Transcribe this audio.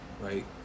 right